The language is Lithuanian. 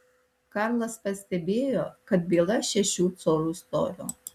karlas pastebėjo kad byla šešių colių storio